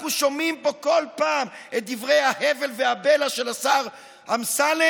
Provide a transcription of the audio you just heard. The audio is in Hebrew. אנחנו שומעים פה כל פעם את דברי ההבל והבלע של השר אמסלם,